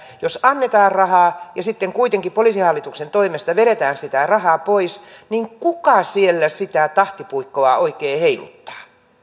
jos annetaan rahaa ja sitten kuitenkin poliisihallituksen toimesta vedetään sitä rahaa pois niin kuka siellä sitä tahtipuikkoa oikein heiluttaa